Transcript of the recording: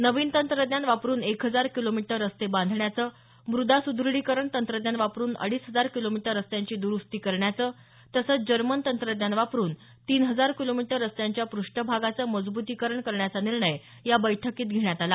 नवीन तंत्रज्ञान वापरून एक हजार किलोमीटर रस्ते बांधण्याचं मृदा सुदृढीकरण तंत्रज्ञान वापरून अडीच हजार किलोमीटर रस्त्यांची दरुस्ती करण्याचं तसंच जर्मन तंत्रज्ञान वापरून तीन हजार किलोमीटर रस्त्यांच्या पृष्ठभागाचं मजबूतीकरण करण्याचा निर्णय या बैठकीत घेण्यात आला